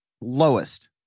lowest